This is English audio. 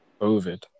COVID